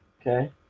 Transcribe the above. okay